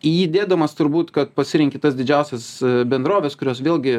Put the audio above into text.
į jį dėdamas turbūt kad pasirenki tas didžiausias bendroves kurios vėlgi